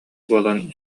буолан